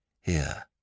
Here